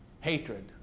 Hatred